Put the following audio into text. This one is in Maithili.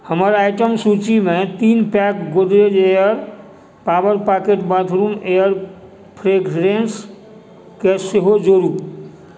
हमर आइटम सूचीमे तीन pack Godrej air power pocket bathroom air fragrance के सेहो जोड़ू